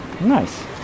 nice